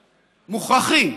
מוכרחים,